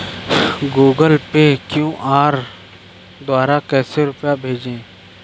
Google Pay QR द्वारा कैसे रूपए भेजें?